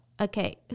Okay